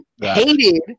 hated